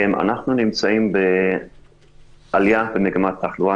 אנחנו נמצאים במגמת עלייה בתחלואה.